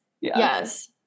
yes